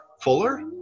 Fuller